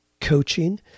coaching